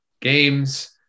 games